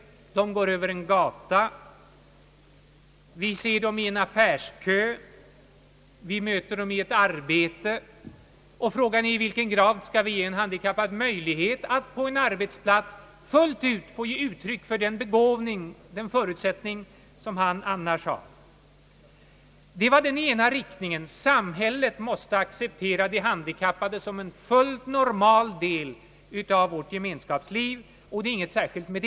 De går över en gata. Vi ser dem i en affärskö och möter dem i ett arbete. Frågan är i vilken grad vi skall ge en handikappad möjlighet att på en arbetsplats fullt ut få ge uttryck för den begåvning och de förutsättningar som han i övrigt har. Samhället måste alltså acceptera de handikappade såsom en fullt normal del av vårt gemenskapsliv, och det är ingenting särskilt med det.